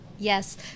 Yes